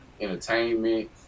entertainment